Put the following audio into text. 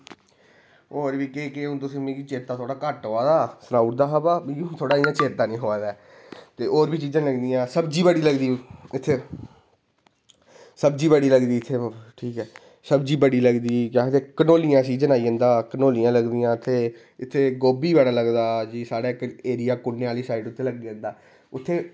ते होर केह् केह् हून मिगी चेता थोह्ड़ा घट्ट आवा दा सनाई ओड़दा हा बाऽ मिगी हून चेता थोह्ड़ा घट्ट आवा दा ते होर बी चीज़ां लगदियां सब्ज़ी बड़ी लगदी कुत्थें सब्ज़ी बड़ी लगदी इत्थै ठीक ऐ सब्ज़ी बड़ी लगदी केह् आक्खदे कंडोलियां सीज़न आई जंदा ते कंढोलियां लगदियां इत्थै साढ़े गोभी लगदा साढ़े कुन्ने आह्ली साईड लग्गी जंदा उत्थै